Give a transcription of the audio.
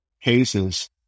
cases